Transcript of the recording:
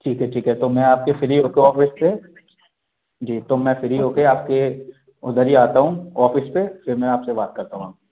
ठीक है ठीक है तो मैं आप के फ्री हो कर औफिस से जी तो मैं फ्री हो कर आप के उधर ही आता हुँ औपीस पर फिर मैं आप से बात करता वहाँ